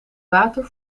water